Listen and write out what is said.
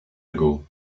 ago